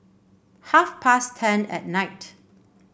half past ten at night